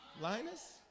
Linus